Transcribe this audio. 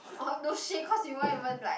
(uh huh) no shit cause you won't even like